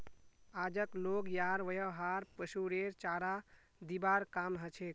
आजक लोग यार व्यवहार पशुरेर चारा दिबार काम हछेक